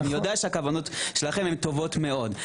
אני יודע שהכוונות שלכם טובות מאוד.